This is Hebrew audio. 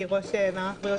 ראש מערך הבריאות